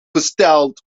gesteld